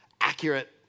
accurate